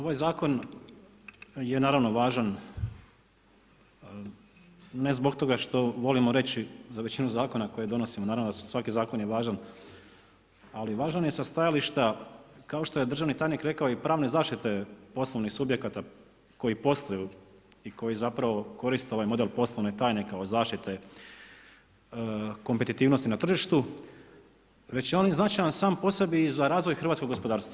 Ovaj zakon je naravno važan ne zbog toga što volimo reći za većinu zakona koje donosimo, naravno da je svaki zakon važan, ali važan je sa stajališta kao što je državni tajnik rekao i pravne zaštite poslovnih subjekata koji posluju i koji koriste ovaj model poslovne tajne kao zaštite kompetitivnosti na tržištu, već je on značajan sam po sebi i za razvoj hrvatskog gospodarstva.